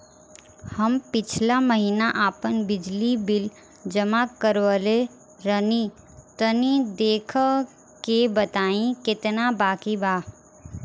हम पिछला महीना आपन बिजली बिल जमा करवले रनि तनि देखऽ के बताईं केतना बाकि बा?